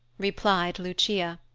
replied lucia.